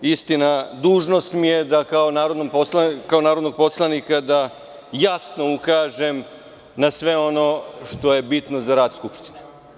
Istina, dužnost mi je da kao narodni poslanik jasno ukažem na sve ono što je bitno za rad Skupštine.